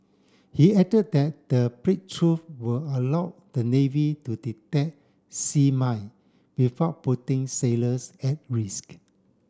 he added that the breakthrough will allow the navy to detect sea mine without putting sailors at risk